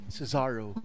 Cesaro